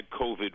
COVID